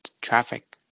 traffic